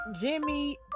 Jimmy